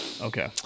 Okay